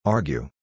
Argue